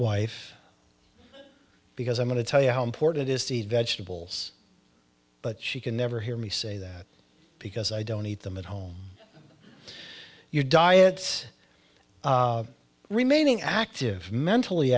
wife because i'm going to tell you how important it is to eat vegetables but she can never hear me say that because i don't eat them at home you're diets remaining active mentally